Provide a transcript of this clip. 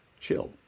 chill